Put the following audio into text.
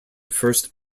first